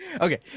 okay